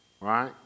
right